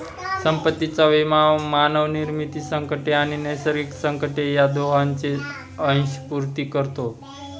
संपत्तीचा विमा मानवनिर्मित संकटे आणि नैसर्गिक संकटे या दोहोंची अंशपूर्ती करतो